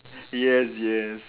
yes yes